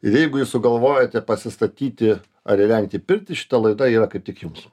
ir jeigu jūs sugalvojote pasistatyti ar įrengti pirtį šita laida yra kaip tik jums